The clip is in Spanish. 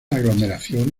aglomeración